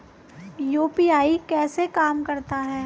UPI कैसे काम करता है?